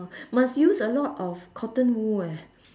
must use a lot of cotton wool eh